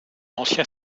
ancien